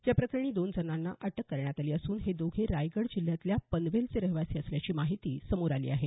या प्रकरणी दोन जणांना अटक करण्यात आली असून हे दोघे रायगड जिल्ह्यातल्या पनवेलचे रहिवासी असल्याची माहिती समोर आली आहे